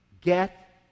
get